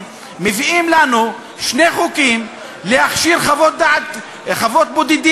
מביאים לנו שני חוקים להכשיר חוות בודדים,